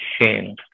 shame